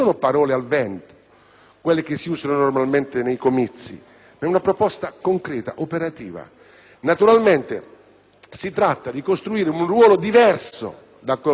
quelle usate normalmente nei comizi, ma è una proposta concreta, operativa. Naturalmente si tratta di costruire un ruolo diverso da quello di docente ordinario,